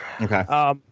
Okay